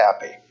happy